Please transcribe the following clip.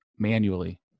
manually